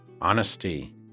honesty